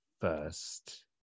first